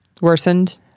Worsened